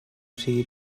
sigui